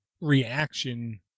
reaction